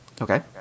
Okay